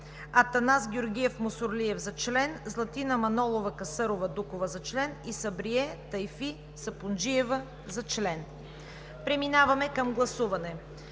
Атанас Георгиев Мусорлиев за член, Златина Манолова Касърова-Дукова за член, и Сабрие Тайфи Сапунджиева за член. Преминаваме към гласуване.